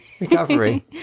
recovery